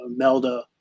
Melda